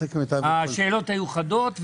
השאלות היו חדות.